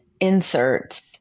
inserts